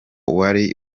uwari